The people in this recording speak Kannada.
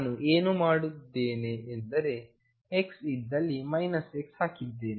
ನಾನು ಏನು ಮಾಡಿದ್ದೇನೆ ಎಂದರೆ x ಇದ್ದಲ್ಲಿ x ಹಾಕಿದ್ದೇನೆ